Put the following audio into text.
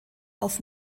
auf